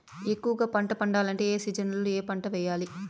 ఎక్కువగా పంట పండాలంటే ఏ సీజన్లలో ఏ పంట వేయాలి